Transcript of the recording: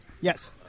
Yes